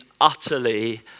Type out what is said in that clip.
utterly